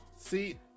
See